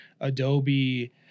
Adobe